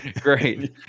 Great